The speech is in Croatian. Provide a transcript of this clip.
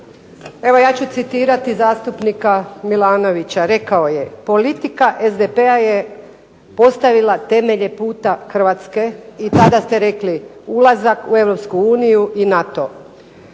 Evo ja ću citirati zastupnika Milanovića, rekao je: "Politika SDP-a je postavila temelje puta Hrvatske" i tada ste rekli "ulazak u Europsku